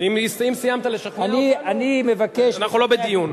אם סיימת לשכנע אותנו, אנחנו לא בדיון.